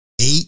eight